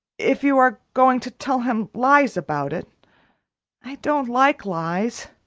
if you are going to tell him lies about it i don't like lies.